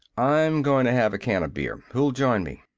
i'm goin' to have a can of beer. who'll join me?